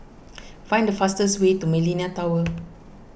find the fastest way to Millenia Tower